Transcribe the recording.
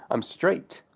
i'm straight.